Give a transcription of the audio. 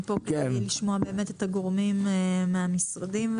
אני פה כדי לשמוע את הגורמים מהמשרדים וכולי.